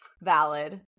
Valid